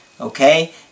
okay